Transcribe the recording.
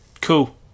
cool